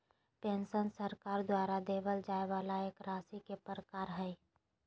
pension सरकार द्वारा देबल जाय वाला एक राशि के प्रकार हय